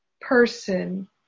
person